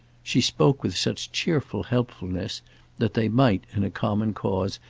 she spoke with such cheerful helpfulness that they might, in a common cause,